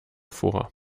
vor